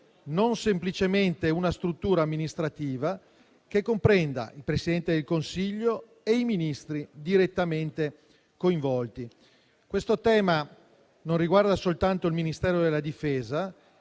non semplicemente una struttura amministrativa, che comprenda il Presidente del Consiglio e i Ministri direttamente coinvolti. Questo tema non riguarda soltanto il Ministero della difesa